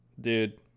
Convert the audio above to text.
dude